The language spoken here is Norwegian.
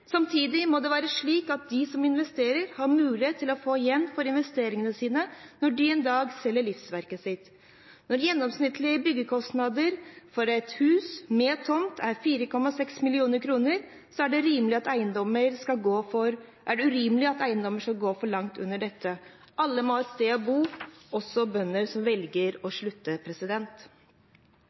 Samtidig må det være slik at de som investerer, har mulighet til å få igjen for investeringene sine når de en dag selger livsverket sitt. Når gjennomsnittlig byggekostnad for et hus med tomt er 4,6 mill. kr, er det urimelig at eiendommen skal gå for langt under dette. Alle må ha et sted å bo, også bønder som velger å slutte.